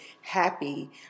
happy